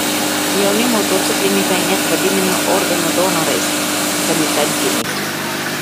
jauni motociklininkai net vadinami organų donorais kamikadzėmis